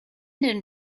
den